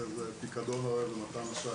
פיקדון ומתן אשראי.